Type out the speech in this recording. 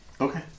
Okay